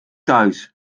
thuis